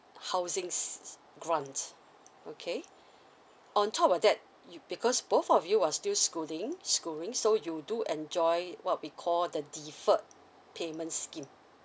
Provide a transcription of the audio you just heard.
housing grant okay on top of that you because both of you are still schooling schooling so you do enjoy what we call the deferred payment scheme